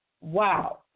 Wow